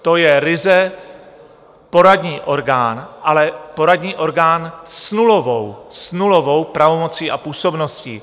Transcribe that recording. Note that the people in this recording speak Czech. To je ryze poradní orgán, ale poradní orgán s nulovou, nulovou pravomocí a působností.